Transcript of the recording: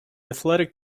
athletic